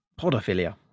Podophilia